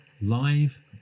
live